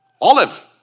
Olive